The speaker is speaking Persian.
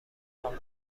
خوبم